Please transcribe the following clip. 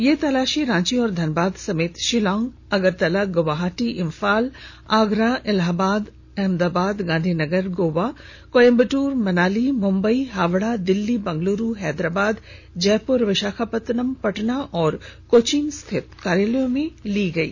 ये तलाशी रांची और धनबाद समेत शिलांग अगरतला गुवाहाटी इम्फाल आगरा इलाहाबाद अहमदाबाद गांधीनगर गोवा कोयम्बटूर मनाली मुंबई हावड़ा दिल्ली बेंगलुरू हैदराबाद जयपुर विशाखापत्तनम पटना और कोचीन स्थित कार्यालयों में ली गई